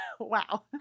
Wow